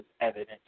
evidence